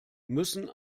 müssen